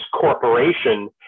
Corporation